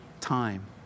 time